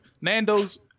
Nando's